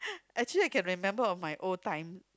actually I can remember of my old time